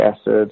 acid